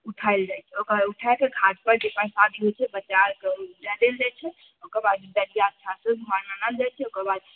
उठायल जाइ छै ओकर उठैकऽ घाट पर जे प्रसादी होइ छै बच्चा आरके दए देल जाइ छै ओकर बाद डलिआ घर आनल जाइ छै ओकर बाद